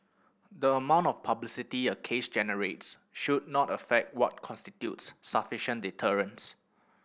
the amount of publicity a case generates should not affect what constitutes sufficient deterrence